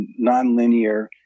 nonlinear